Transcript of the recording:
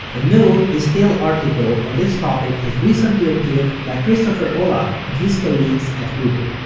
a new distill article on this topic has recently appeared by christopher olah and his colleagues at google.